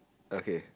okay